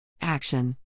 Action